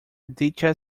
dicha